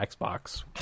Xbox